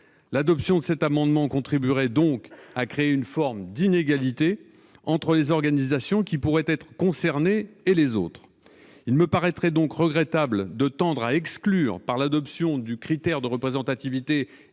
L'adoption de cet amendement contribuerait donc à créer une forme d'inégalité entre les organisations pouvant être concernées et les autres. Il me paraîtrait regrettable de tendre à exclure, par l'adoption du critère de représentativité,